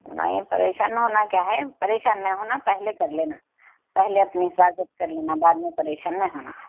نہیں پریشان نہیں ہونا کیا ہے پریشان نہیں ہونا پہلے کر لینا پہلے اپنے حفاظت کر لینا بعد میں پریشان نہیں ہونا